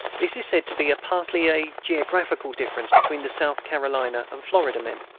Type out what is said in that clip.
this is said to be partly a geographical difference between the south carolina and florida men.